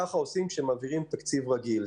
כך עושים בתקציב רגיל.